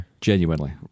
Genuinely